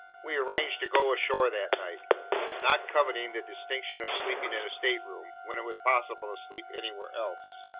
we arranged to go ashore that night not coveting the distinction of sleeping in a state-room, when it was possible to sleep anywhere else.